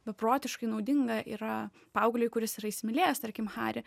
beprotiškai naudinga yra paaugliui kuris yra įsimylėjęs tarkim harį